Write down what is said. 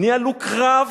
ניהלו קרב